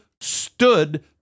stood